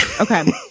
Okay